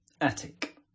Attic